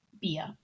beer